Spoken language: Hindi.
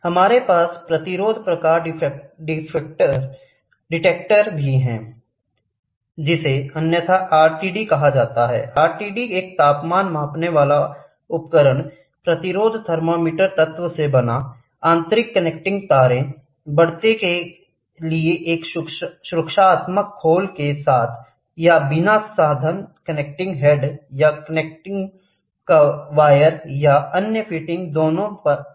हमारे पास प्रतिरोध प्रकार डिटेक्टर भी है जिसे अन्यथा आरटीडी कहा जाता है आरटीडी एक तापमान मापने वाला उपकरण प्रतिरोध थर्मामीटर तत्व से बनाआंतरिक कनेक्टिंग तार बढ़ते के लिए एक सुरक्षात्मक खोल के साथ या बिना साधन कनेक्टिंग हेड या कनेक्टिंग वायर या अन्य फिटिंग दोनों पर होता है